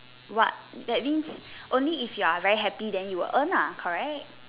what that means only if you are very happy then you will earn lah correct